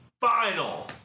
Final